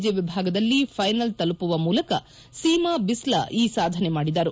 G ವಿಭಾಗದಲ್ಲಿ final ತಲುಪುವ ಮೂಲಕ ಸೀಮಾ ಬಿಸ್ತಾ ಈ ಸಾಧನೆ ಮಾಡಿದರು